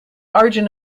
origin